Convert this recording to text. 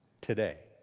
today